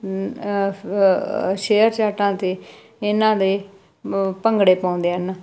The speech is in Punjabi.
ਸ਼ੇਅਰਚੈਟਾਂ 'ਤੇ ਇਹਨਾਂ ਦੇ ਭੰਗੜੇ ਪਾਉਂਦੇ ਹਨ